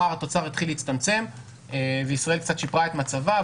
פער התוצר התחיל להצטמצם וישראל קצת שיפרה את מצבה,